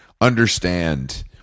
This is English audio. understand